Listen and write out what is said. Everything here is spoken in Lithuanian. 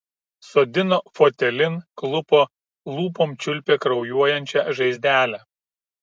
sodino fotelin klupo lūpom čiulpė kraujuojančią žaizdelę